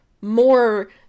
more